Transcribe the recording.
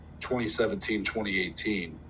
2017-2018